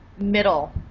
middle